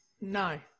No